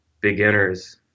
beginners